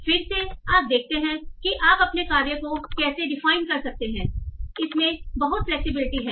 तो फिर से आप देखते हैं कि आप अपने कार्य को कैसे डिफाइन कर सकते हैं इसमें बहुत फ्लैक्सिबिलिटी है